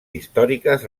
històriques